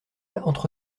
entre